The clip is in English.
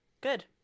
Good